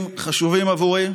חשובים עבורי.